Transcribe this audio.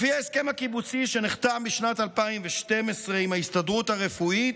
לפי ההסכם הקיבוצי שנחתם בשנת 2012 עם ההסתדרות הרפואית,